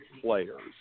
players